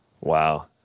Wow